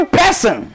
person